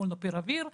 Molnupiravir,